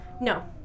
No